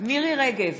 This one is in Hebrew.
מירי רגב,